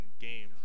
game